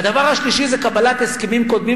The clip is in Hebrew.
והדבר השלישי זה קבלת הסכמים קודמים